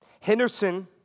Henderson